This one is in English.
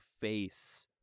face